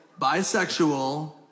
bisexual